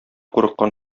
курыккан